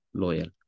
loyal